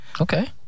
Okay